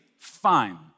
Fine